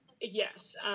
Yes